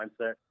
mindset